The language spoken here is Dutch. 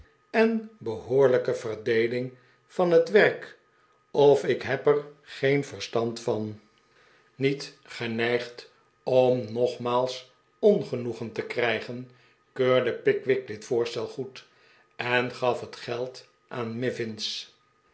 en behoorlijke verdeeling van het werk of ik heb er geen verstand van niet geneigd om nogmaals ongenoegen te krijgen keurde pickwick dit voorstel goed en gaf het geld aan mivins